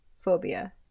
phobia